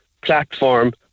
platform